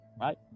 right